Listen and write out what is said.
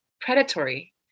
predatory